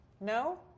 No